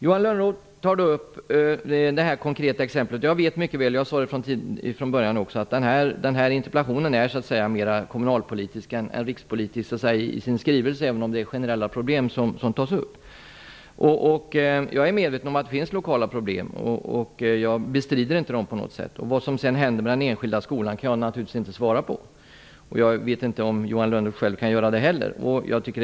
Johan Lönnroth tar upp det här konkreta exemplet. Jag vet mycket väl att den här interpellationen är mer kommunalpolitisk än rikspolitisk i sin skrivning även om det är generella problem som tas upp. Det sade jag också i början. Jag är medveten om att det finns lokala problem. Jag bestrider inte dem på något sätt. Jag kan naturligtvis inte svara på vad som händer med den enskilda skolan. Jag vet inte om Johan Lönnroth kan göra det själv heller.